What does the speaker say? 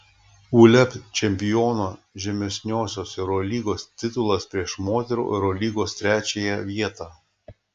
uleb čempiono žemesniosios eurolygos titulas prieš moterų eurolygos trečiąją vietą